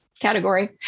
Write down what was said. category